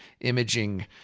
imaging